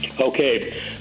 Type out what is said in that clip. Okay